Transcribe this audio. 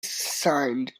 signed